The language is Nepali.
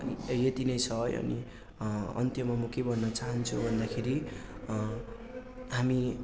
यति नै छ है अनि अन्त्यमा म के भन्नु चाहन्छु भन्दाखेरि हामी